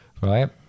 Right